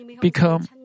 become